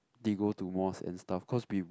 they go to mosque and stuff cause we